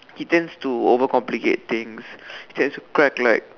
he tends to over complicate things he tends to crack like